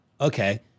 okay